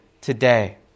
today